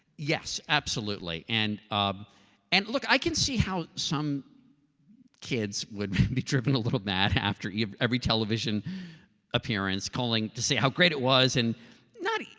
yes, absolutely. and um and look, i can see how some kids would be driven a little mad after every television appearance, calling to say how great it was. and